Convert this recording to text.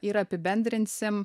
ir apibendrinsim